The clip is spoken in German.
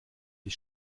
die